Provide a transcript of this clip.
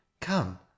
come